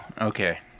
Okay